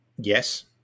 Yes